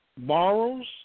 morals